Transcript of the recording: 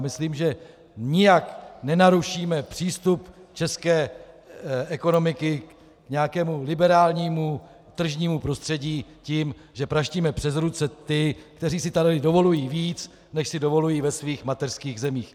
Myslím, že nijak nenarušíme přístup české ekonomiky k nějakému liberálnímu tržnímu prostředí tím, že praštíme přes ruce ty, kteří si tady dovolují více, než si dovolují ve svých mateřských zemích.